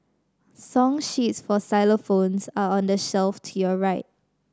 song sheets for xylophones are on the shelf to your right